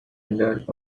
entered